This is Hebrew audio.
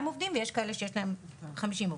עובדים ויש כאלה שיש להן 50 עובדים.